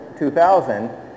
2000